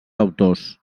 autors